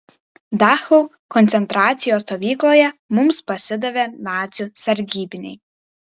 dachau koncentracijos stovykloje mums pasidavė nacių sargybiniai